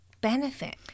benefit